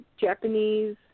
Japanese